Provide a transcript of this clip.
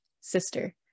Sister